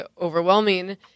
overwhelming